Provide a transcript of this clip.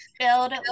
filled